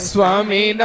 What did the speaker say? Swami